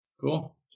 Cool